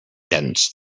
dense